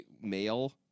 male